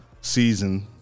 season